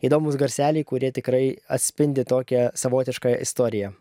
įdomūs garseliai kurie tikrai atspindi tokią savotišką istoriją